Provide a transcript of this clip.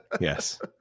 Yes